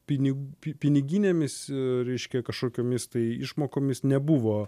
pinig piniginėmis reiškia kažkokiomis tai išmokomis nebuvo